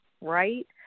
Right